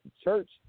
church